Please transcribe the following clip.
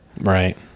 Right